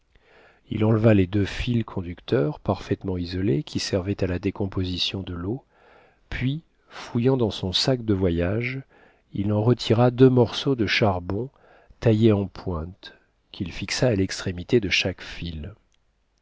il enleva les deux fils conducteurs parfaitement isolés qui servaient à la décomposition de l'eau puis fouillant dans son sac de voyage il en retira deux morceaux de charbon taillés en pointe qu'il fixa à l'extrémité de chaque fil